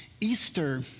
Easter